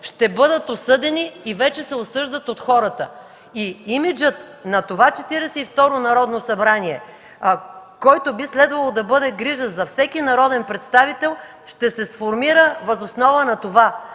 ще бъдат осъдени и вече са осъждат от хората. И имиджът на това Четиридесет и второ Народно събрание, който би следвало да бъде грижа за всеки народен представител, ще се сформира въз основа на това